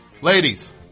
ladies